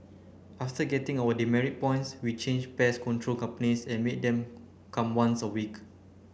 after getting our demerit points we changed pest control companies and made them come once a week